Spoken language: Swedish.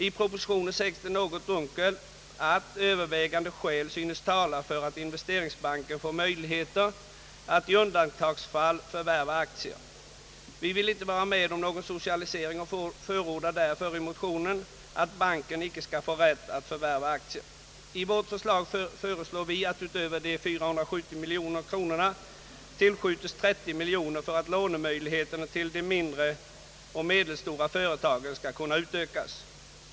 I propositionen sägs det något dunkelt att »övervägande skäl synes tala för att investeringsbanken får möjligheter att i undantagsfall förvärva aktier». Vi vill inte vara med om någon socialisering och förordar därför i motionen att banken inte skall få rätt att förvärva aktier. I vårt förslag hemställer vi att, utöver de 470 miljoner kronorna, 30 miljoner kronor tillskjutes för att lånemöjligheterna till de mindre och medel stora företagen skall kunna utökas.